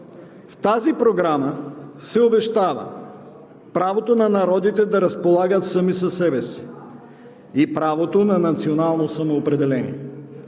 В тази програма се обещава правото на народите да разполагат сами със себе си и правото на национално самоопределение.